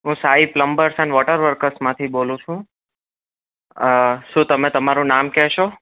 હું Shahid plumbers and water workers માંથી બોલું છુ શુ તમે તમારું નામ કહેશો